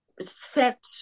set